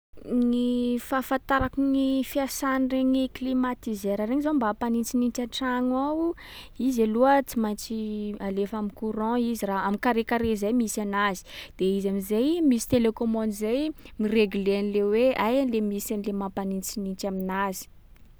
Gny fafantarako gny fiasan’regny climatiseur regny zao mba hampanintsinintsy an-tragno ao: izy aloha tsy maintsy alefa am'courant izy ra- am'carré carré zay misy anazy. De izy am’zay misy télécommande zay miregle an’le hoe aia le misy an’le mampanintsinintsy aminazy.